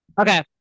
Okay